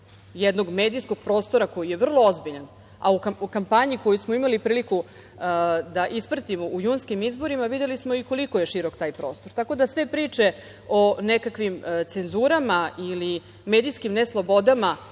jednog medijskog prostora koji je vrlo ozbiljan, a u kampanji koju smo imali priliku da ispratimo u junskim izborima videli smo i koliko je širok taj prostor, tako da sve priče o nekakvim cenzurama ili medijskim neslobodama